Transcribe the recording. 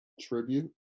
tribute